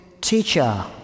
teacher